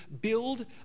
build